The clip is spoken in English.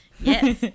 yes